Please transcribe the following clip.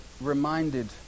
reminded